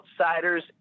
Outsiders